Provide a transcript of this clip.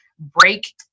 break